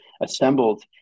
assembled